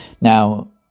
Now